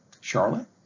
Charlotte